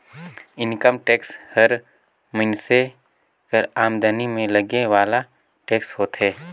income tax हर मइनसे कर आमदनी में लगे वाला टेक्स होथे